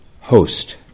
host